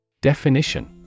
Definition